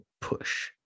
push